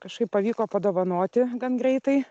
kažkaip pavyko padovanoti gan greitai